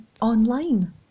online